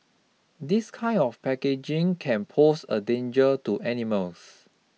this kind of packaging can pose a danger to animals